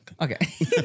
okay